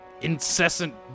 incessant